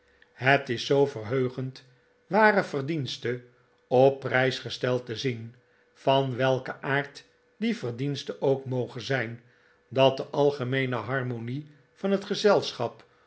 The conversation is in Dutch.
het is zoo verheugend ware verdienste op prijs gesteld te zien van welken aard die verdienste ook moge zijn dat de algemeene harmonie van het gezelschap